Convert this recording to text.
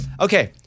Okay